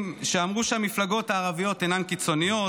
שאמרו שהמפלגות הערביות אינן קיצוניות,